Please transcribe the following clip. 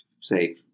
say